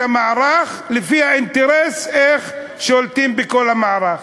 המערך לפי האינטרס איך שולטים בכל המערך.